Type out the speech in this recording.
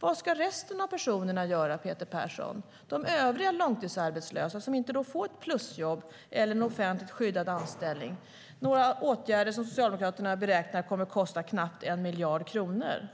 Vad ska resten av personerna göra, Peter Persson? Jag talar om de övriga långtidsarbetslösa som inte får ett plusjobb eller en offentligt skyddad anställning, åtgärder som Socialdemokraterna beräknar kommer att kosta knappt 1 miljard kronor.